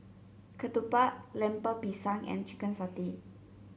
Ketupat Lemper Pisang and Chicken Satay